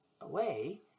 away